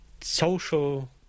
social